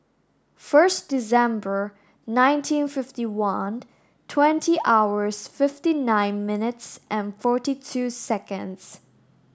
first December nineteen fifty one twenty hour fifty nine minutes forty two seconds